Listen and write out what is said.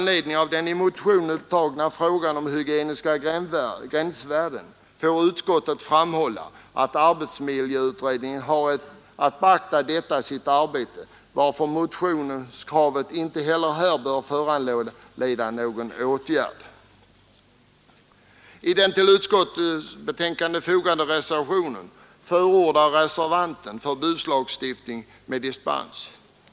Den i motionen upptagna frågan om hygieniska gränsvärden har arbetsmiljöutredningen att beakta, enligt vad utskottet framhåller. Inte heller det motionskravet bör därför föranleda någon åtgärd. I den vid utskottsbetänkandet fogade reservationen förordas förbudslagstiftning med dispens.